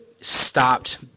stopped